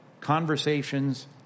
conversations